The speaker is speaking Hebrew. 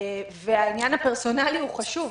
והעניין הפרסונלי הוא חשוב,